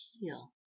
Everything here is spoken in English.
heal